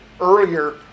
earlier